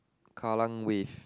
kallang Wave